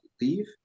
leave